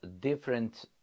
different